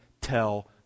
tell